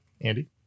Andy